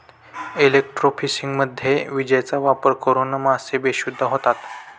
इलेक्ट्रोफिशिंगमध्ये विजेचा वापर करून मासे बेशुद्ध होतात